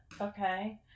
okay